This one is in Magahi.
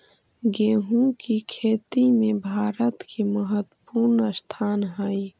गोहुम की खेती में भारत के महत्वपूर्ण स्थान हई